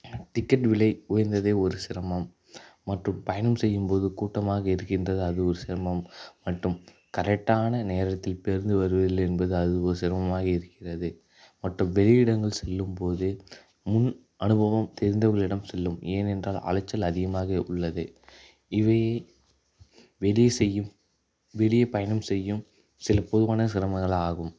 ticket விலை உயர்ந்ததே ஒரு சிரமம் மற்றும் பயணம் செய்யும்போது கூட்டமாக இருக்கின்றது அது ஒரு சிரமம் மற்றும் கரெக்டான நேரத்தில் பேருந்து வருவதில்லை என்பது அது ஒரு சிரமமாக இருக்கிறது மற்றும் வெளி இடங்கள் செல்லும்போது முன் அனுபவம் தெரிந்தவர்களிடம் செல்லும் ஏனென்றால் அலைச்சல் அதிகமாக உள்ளது இவை வெளியே செய்யும் வெளியே பயணம் செய்யும் சில பொதுவான சிரமங்கள் ஆகும்